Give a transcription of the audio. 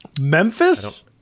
Memphis